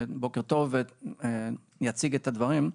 בוקר טוב, אני אציג את הדברים.